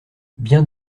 bien